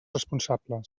responsables